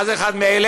מה זה אחד מאלה?